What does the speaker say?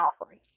offering